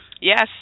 Yes